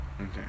okay